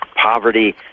poverty